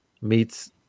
meets